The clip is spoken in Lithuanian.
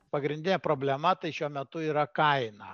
pagrindinė problema tai šiuo metu yra kaina